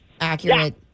accurate